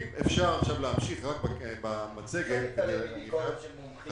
אי אפשר להתעלם מביקורת של מומחים.